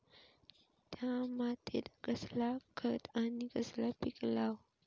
त्या मात्येत कसला खत आणि कसला पीक लाव?